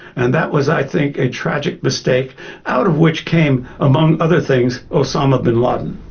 and that was i think a tragic mistake out of which came, among other things, osama bin laden.